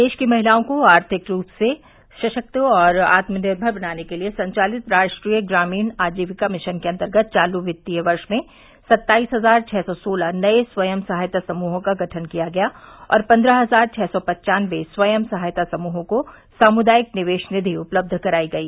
प्रदेश की महिलाओं को आर्थिक रुप से सशक्त एवं आत्मनिर्मर बनाने के लिए संचालित राष्ट्रीय ग्रामीण आजीविका मिशन के अंतर्गत चालू कित्तीय वर्ष में सत्ताईस हजार छः सौ सोलह नये स्वयं सहायता समूहों का गठन किया गया और पन्द्रह हजार छः सौ पन्वानबे स्वयं सहायता समूहों को सामुदायिक निवेश निधि उपलब्ध कराई गई